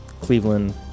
Cleveland